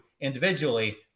individually